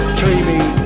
dreamy